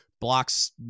blocks